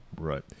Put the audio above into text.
Right